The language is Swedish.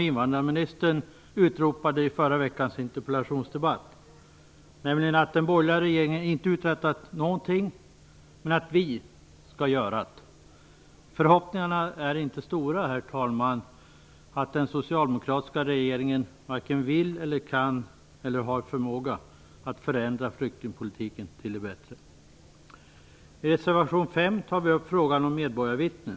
Invandrarministern utropade i förra veckans interpellationsdebatt att den borgerliga regeringen inte hade uträttat någonting men att Socialdemokraterna skulle göra det. Förhoppningarna är inte stora, herr talman, att den socialdemokratiska regeringen vill, kan eller har förmåga att förändra flyktingpolitiken till det bättre. I reservation 5 tar vi upp frågan om medborgarvittne.